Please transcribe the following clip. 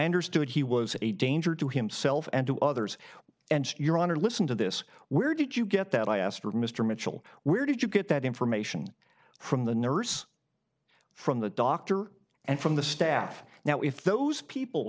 understood he was a danger to himself and to others and your honor listen to this where did you get that i asked mr mitchell where did you get that information from the nurse from the doctor and from the staff now if those people